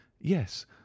yes